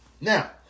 Now